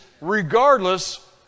regardless